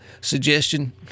suggestion